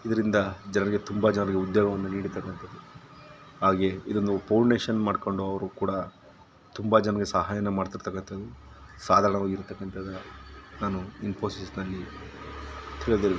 ಇದರಿಂದ ಜನರಿಗೆ ತುಂಬ ಜನರಿಗೆ ಉದ್ಯೋಗವನ್ನು ನೀಡಿರತಕ್ಕಂಥದ್ದು ಹಾಗೆಯೇ ಇದನ್ನು ಪೌಂಡೇಶನ್ ಮಾಡಿಕೊಂಡು ಅವರು ಕೂಡ ತುಂಬ ಜನರಿಗೆ ಸಹಾಯವನ್ನು ಮಾಡ್ತಿರ್ತಕ್ಕಂಥದ್ದು ಸಾಧಾರಣವಾಗಿ ಇರತಕ್ಕಂತ ನಾನು ಇನ್ಫೋಸಿಸ್ನಲ್ಲಿ ತಿಳಿದಿರುವೆ